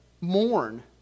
mourn